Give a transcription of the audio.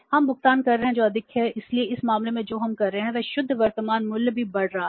हम भुगतान कर रहे हैं जो अधिक है इसलिए इस मामले में जो हम कर रहे हैं वह शुद्ध वर्तमान मूल्य भी बढ़ रहा है